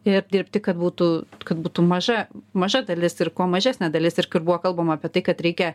ir dirbti kad būtų kad būtų maža maža dalis ir kuo mažesnė dalis ir kur buvo kalbama apie tai kad reikia